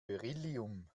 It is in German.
beryllium